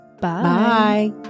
bye